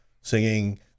singing